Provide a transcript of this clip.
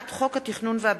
הצעת חוק נכסים של נספי השואה (השבה ליורשים והקדשה למטרות סיוע והנצחה)